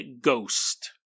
ghost